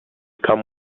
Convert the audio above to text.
come